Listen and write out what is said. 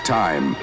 time